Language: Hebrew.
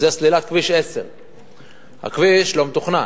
זה סלילת כביש 10. הכביש לא מתוכנן,